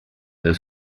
del